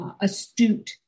astute